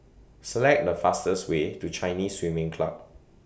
Select The fastest Way to Chinese Swimming Club